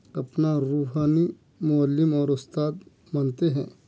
اپنا روحانی معلّم اور اُستاد مانتے ہیں